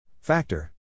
Factor